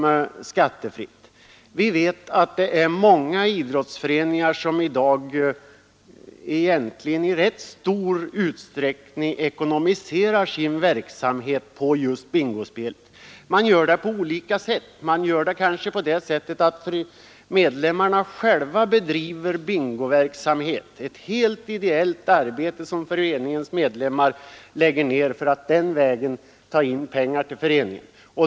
Vi vet att många idrottsföreningar i dag i rätt stor utsträckning ekonomiserar sin verksamhet med bingospel. Man gör det på olika sätt. I vissa fall bedriver medlemmarna själva bingospelet. Det är då ett helt ideellt arbete som föreningens medlemmar lägger ner för att den vägen ta in pengar till föreningen.